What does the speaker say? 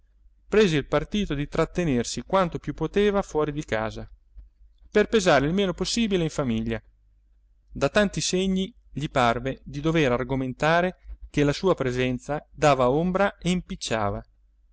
prese il partito di trattenersi quanto più poteva fuori di casa per pesare il meno possibile in famiglia da tanti segni gli parve di dovere argomentare che la sua presenza dava ombra e impicciava